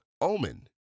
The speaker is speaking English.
Omen